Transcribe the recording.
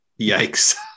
Yikes